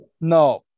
No